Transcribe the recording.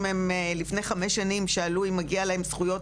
אם הם לפני חמש שנים שאלו אם מגיע להם זכויות,